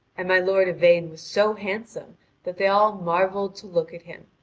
and my lord yvain was so handsome that they all marvelled to look at him,